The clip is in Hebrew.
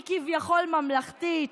היא כביכול ממלכתית,